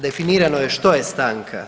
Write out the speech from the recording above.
Definirano je što je stanka.